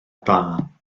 glân